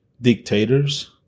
dictators